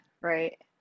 Right